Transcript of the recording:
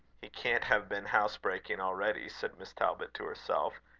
he can't have been housebreaking already, said miss talbot to herself,